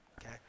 Okay